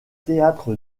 théâtre